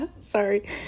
Sorry